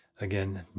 Again